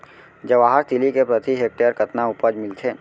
जवाहर तिलि के प्रति हेक्टेयर कतना उपज मिलथे?